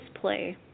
play